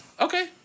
Okay